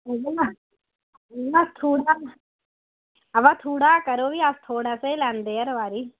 अबा थोह्ड़ा करो बी अस थोहाड़े कोला लैदे हर बारी